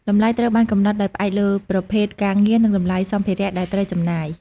តម្លៃត្រូវបានកំណត់ដោយផ្អែកលើប្រភេទការងារនិងតម្លៃសម្ភារៈដែលត្រូវចំណាយ។